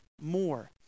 more